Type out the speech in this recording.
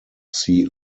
see